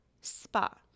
spa